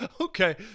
Okay